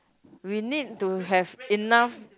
we need to have enough